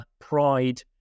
pride